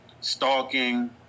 stalking